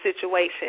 situation